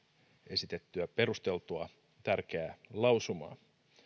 esitettyä perusteltua tärkeää lausumaa